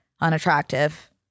unattractive